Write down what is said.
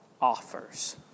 offers